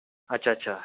अच्छा अच्छा